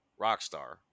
Rockstar